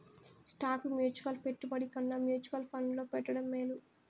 stock mutual పెట్టుబడి కన్నా mutual ఫండ్లో పెట్టడం మేలు